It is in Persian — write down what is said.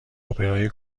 اپرای